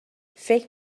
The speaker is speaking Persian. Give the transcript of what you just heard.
فکر